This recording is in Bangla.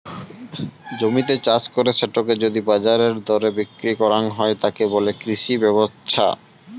জমিতে চাষ করে সেটোকে যদি বাজারের দরে বিক্রি করাং হই, তাকে বলে কৃষি ব্যপছা